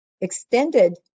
extended